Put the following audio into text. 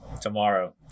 tomorrow